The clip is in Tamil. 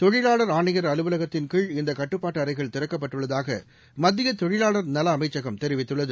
தொழிலாளர் ஆணையர் அலுவலகத்தின் கீழ் இந்த கட்டுப்பாட்டு அறைகள் திறக்கப்பட்டுள்ளதாக மத்திய தொழிலாளா் நல அமைச்சகம் தெரிவித்துள்ளது